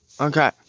Okay